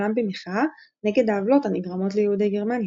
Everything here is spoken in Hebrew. במחאה נגד העוולות הנגרמות ליהודי גרמניה?